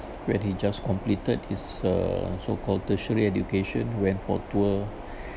when he just completed his uh so called tertiary education went for tour